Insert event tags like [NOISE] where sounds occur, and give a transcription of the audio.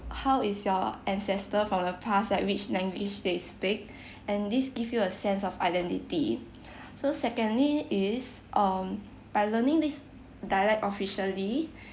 how is your ancestor from the past like which language they speak and this give you a sense of identity [NOISE] so secondly is um by learning this dialect officially